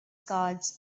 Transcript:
cards